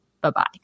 Bye-bye